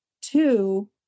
two